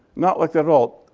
not like that at all.